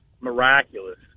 miraculous